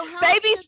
Baby